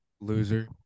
Loser